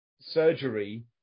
surgery